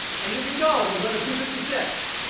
and you can go, and we'll go to two fifty six,